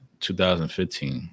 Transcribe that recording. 2015